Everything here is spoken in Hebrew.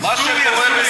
אני לא שומע טוב.